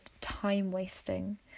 time-wasting